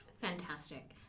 Fantastic